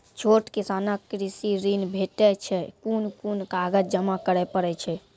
छोट किसानक कृषि ॠण भेटै छै? कून कून कागज जमा करे पड़े छै?